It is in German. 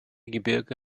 gebirge